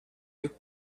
you